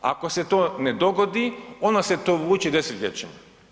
Ako se to ne dogodi, onda se to vuče desetljećima.